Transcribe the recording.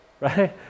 right